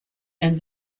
and